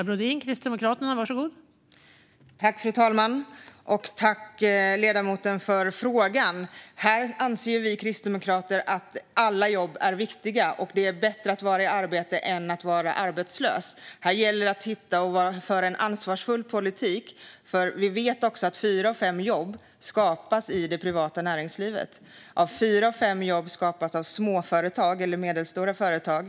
Fru talman! Tack, ledamoten, för frågan! Vi kristdemokrater anser att alla jobb är viktiga och att det är bättre att vara i arbete än att vara arbetslös. Här gäller det att hitta och föra en ansvarsfull politik, för vi vet att fyra av fem jobb skapas i det privata näringslivet. Fyra av fem jobb skapas av små och medelstora företag.